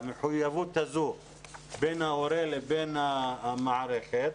את המחויבות הזו בין ההורה לבין המערכת,